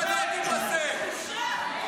לא, צריך את המלחמה הזו, לגמור --- החמאס.